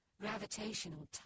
gravitational